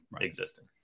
existing